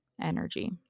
energy